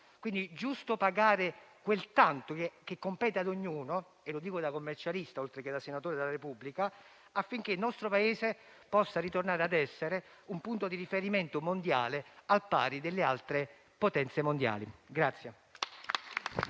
è giusto pagare quel tanto che compete ad ognuno, e lo dico da commercialista oltre che da senatore della Repubblica, affinché il nostro Paese possa ritornare ad essere un punto di riferimento mondiale al pari delle altre potenze mondiali.